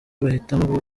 bahitamo